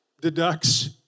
deducts